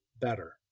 better